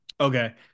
okay